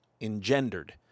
engendered